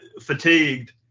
fatigued